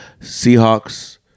Seahawks